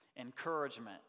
Encouragement